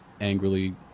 angrily